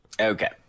Okay